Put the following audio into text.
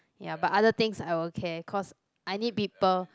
ya but other things I will care cause I need people